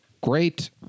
great